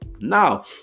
Now